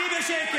--- תתבייש לך.